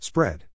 Spread